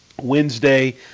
Wednesday